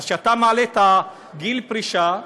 אז כשאתה מעלה את גיל הפרישה,